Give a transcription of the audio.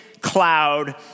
cloud